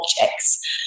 objects